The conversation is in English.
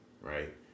right